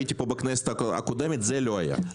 הייתי כאן בכנסת הקודמת וזה לא היה.